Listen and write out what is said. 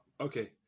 Okay